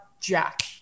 Jack